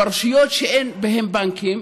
ברשויות שאין בהן בנקים